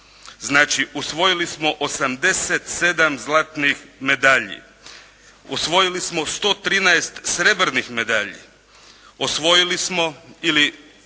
Znači usvojili smo 87 zlatnih medalji, osvojili smo 113 srebrnih medalji, osvojili smo ili